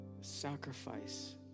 Sacrifice